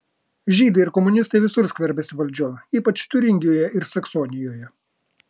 žydai ir komunistai visur skverbiasi valdžion ypač tiuringijoje ir saksonijoje